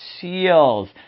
seals